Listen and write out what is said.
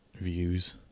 views